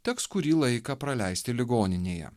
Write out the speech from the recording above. teks kurį laiką praleisti ligoninėje